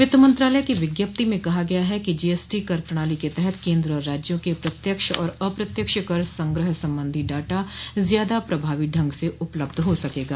वित्तमंत्रालय की विज्ञप्ति में कहा गया है कि जीएसटी कर प्रणाली के तहत केन्द्र और राज्यों के प्रत्यक्ष और अप्रत्यक्ष कर संग्रह संबंधी डाटा ज्यादा प्रभावी ढ़ंग से उपलब्ध हो सकेगा